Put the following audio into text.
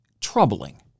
troubling